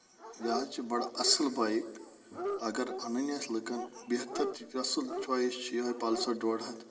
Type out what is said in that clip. یہِ حظ چھِ بَڑٕ آصٕل بایک اَگر اَنٕںی آسہِ لُکن بہتر تہٕ اَصٕل چویِس چھِ یِہوے پلسر ڈوٚڈ ہَتھ